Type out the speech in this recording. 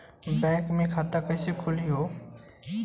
Bank मे खाता कईसे खुली हो?